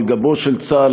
על גבו של צה"ל,